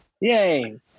yay